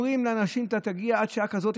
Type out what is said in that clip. אומרים לאנשים: אתה תגיע עד שעה כזאת,